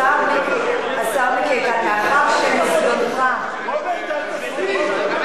השר מיקי איתן, מאחר שניסיונך, רוברט, אל תסכים.